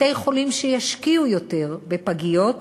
בתי-חולים שישקיעו יותר בפגיות,